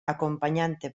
acompañante